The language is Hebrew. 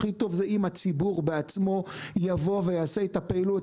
הכי טוב זה אם הציבור בעצמו יבוא ויעשה את הפעילות.